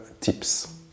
tips